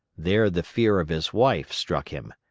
there the fear of his wife struck him.